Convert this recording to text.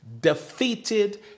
defeated